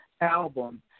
album